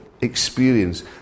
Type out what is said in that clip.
experience